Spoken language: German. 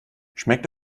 schmeckt